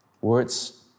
Words